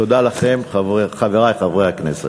תודה לכם, חברי חברי כנסת.